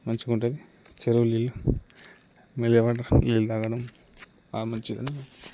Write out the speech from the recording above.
మంచిగా ఉంటుంది చెరువులో నీళ్ళు మీరు ఏమంటారు నీళ్ళు త్రాగడం బాగా మంచిదని